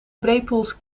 brepoels